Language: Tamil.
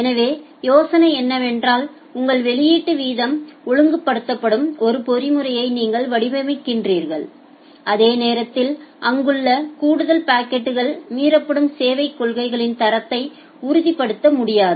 எனவே யோசனை என்னவென்றால் உங்கள் வெளியீட்டு வீதம் ஒழுங்குபடுத்தப்படும் ஒரு பொறிமுறையை நீங்கள் வடிவமைக்கிறீர்கள் அதே நேரத்தில் அங்குள்ள கூடுதல் பாக்கெட்கள் மீறப்படும் சேவைக் கொள்கைகளின் தரத்தை உறுதிப்படுத்த முடியாது